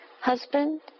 husband